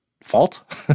fault